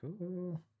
cool